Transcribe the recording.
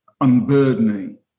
unburdening